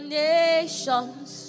nations